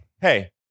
Hey